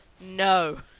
no